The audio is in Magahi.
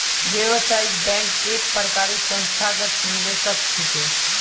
व्यावसायिक बैंक एक प्रकारेर संस्थागत निवेशक छिके